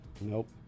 nope